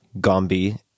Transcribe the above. Gombe